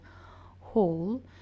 hole